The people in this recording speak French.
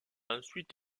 ensuite